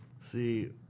See